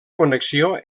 connexió